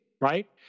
right